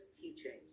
teachings